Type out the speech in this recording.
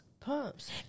pumps